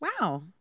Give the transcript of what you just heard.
Wow